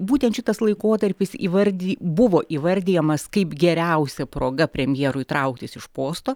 būtent šitas laikotarpis įvardy buvo įvardijamas kaip geriausia proga premjerui trauktis iš posto